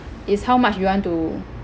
is how much you want to